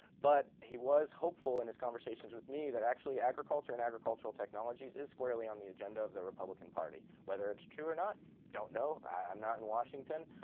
but he was hopeful in his conversations with me that actually agriculture and agricultural technologies is squarely on the agenda of the republican party. whether it's true or not, i don't know. i'm not in washington.